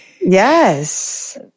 Yes